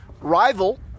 rival